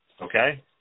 okay